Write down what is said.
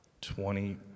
Twenty